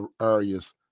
areas